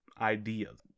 ideas